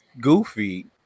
Goofy